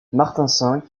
martin